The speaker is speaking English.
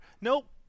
Nope